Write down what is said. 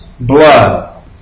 Blood